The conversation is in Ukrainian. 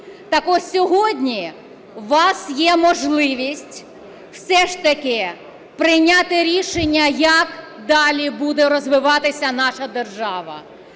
Так ось сьогодні у вас є можливість все ж таки прийняти рішення як далі буде розвиватися наша держава.